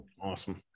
awesome